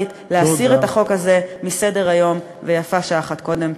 להסיר את החוק הזה מסדר-היום, ויפה שעה אחת קודם.